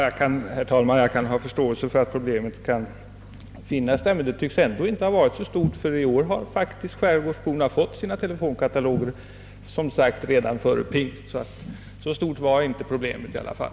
Herr talman! Jag har förståelse för att problemet kan finnas. I år har emellertid skärgårdsborna, som sagt, faktiskt fått sina telefonkataloger redan före pingst. Så stora tycks svårigheterna alltså ändå inte vara.